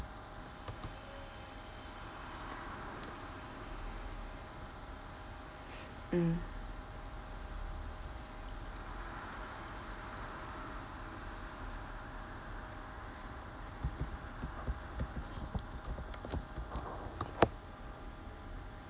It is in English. mm